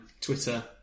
Twitter